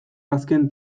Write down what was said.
azken